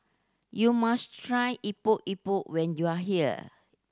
you must try Epok Epok when you are here